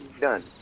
Done